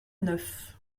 neuf